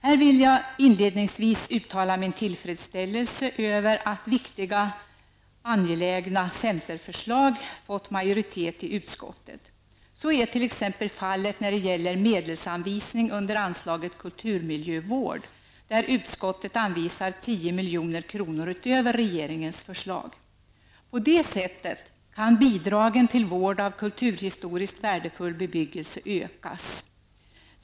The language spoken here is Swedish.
Jag vill till att börja med uttala min tillfredsställelse över att viktiga centerförslag har fått majoritet i utskottet. Så är t.ex. fallet när det gäller medelsanvisning under anslaget Kulturmiljövård, där utskottet anvisar 10 milj.kr. utöver regeringens förslag. På det sättet kan bidragen till vård av kulturhistoriskt värdefull bebyggelse ökas.